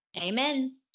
Amen